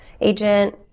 agent